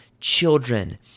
children